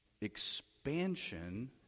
expansion